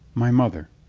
my mother.